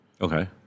Okay